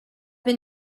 been